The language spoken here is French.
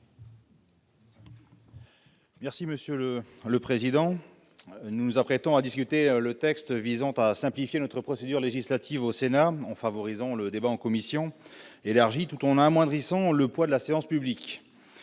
Merci monsieur le président, nous nous apprêtons à discuter le texte visant à simplifier notre procédure législative au Sénat en favorisant le débat en commission élargie tout on amoindrit sans le poids de la séance publique